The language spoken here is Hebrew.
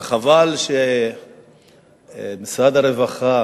וחבל שמשרד הרווחה